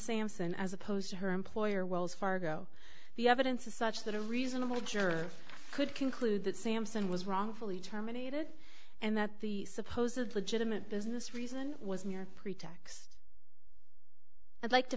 sampson as opposed to her employer wells fargo the evidence is such that a reasonable juror could conclude that sampson was wrongfully terminated and that the supposedly judgment business reason was mere pretext i'd like to